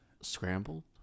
scrambled